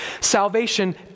Salvation